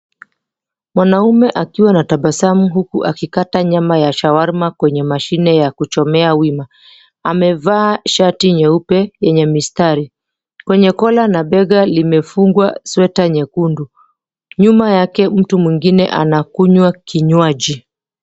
Mwanaume akiwa na tabasamu huku akikata nyama ya shawarma kwenye mashine ya kuchomea wima. Amevaa shati nyeupe yenye mistari. Kwenye kola na bega limefungwa sweta nyekundu. Nyuma yake mtu mwingine anakunywa kinywaji.